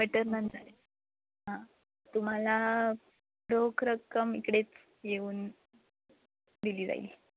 butter naan झाले हां तुम्हाला रोख रक्कम इकडेच येऊन दिली जाईल